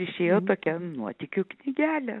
išėjo tokia nuotykių knygelė